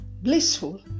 blissful